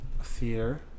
theater